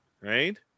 Right